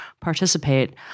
participate